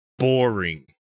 boring